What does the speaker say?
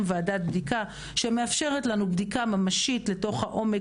ועדת בדיקה שמאפשרת לנו בדיקה ממשית לעומק,